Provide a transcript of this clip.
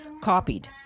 copied